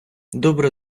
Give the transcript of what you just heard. добре